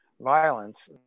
violence